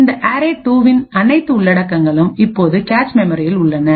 இந்த அரே2 இன் அனைத்து உள்ளடக்கங்களும் இப்போது கேச் மெமரியில் உள்ளன